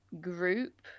group